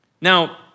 Now